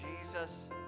Jesus